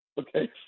okay